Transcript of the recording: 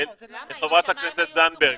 וחברת הכנסת זנדברג,